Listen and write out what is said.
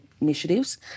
initiatives